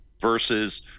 versus